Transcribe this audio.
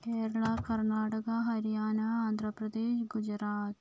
Kerala Karnataka Haryana Andhra Pradesh Gujarat